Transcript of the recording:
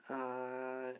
ah